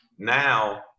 Now